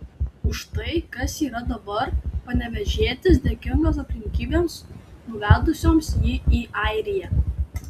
už tai kas yra dabar panevėžietis dėkingas aplinkybėms nuvedusioms jį į airiją